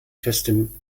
festem